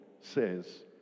says